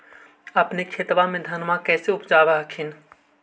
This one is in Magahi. अपने खेतबा मे धन्मा के कैसे उपजाब हखिन?